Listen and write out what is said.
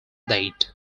date